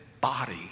body